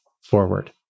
forward